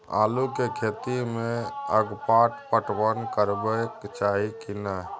आलू के खेती में अगपाट पटवन करबैक चाही की नय?